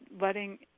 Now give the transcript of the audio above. letting